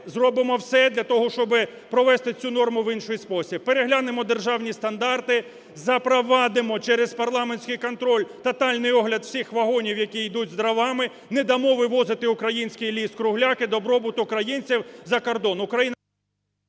зробимо все для того, щоби провести цю норму в інший спосіб: переглянемо державні стандарти, запровадимо через парламентський контроль тотальний огляд всіх вагонів, які йдуть із дровами, не дамо вивозити український ліс-кругляк і добробут українців за кордон…